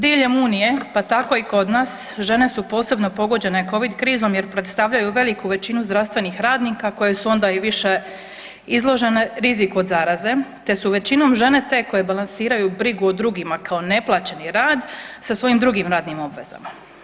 Diljem Unije pa tako i kod nas žene su posebno pogođene covid krizom, jer predstavljaju veliku većinu zdravstvenih radnika koje su onda i više izložene riziku od zaraze te su većinom žene te koje balansiraju brigu o drugima kao neplaćeni rad sa svojim drugim radnim obvezama.